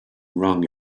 wrong